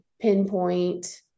pinpoint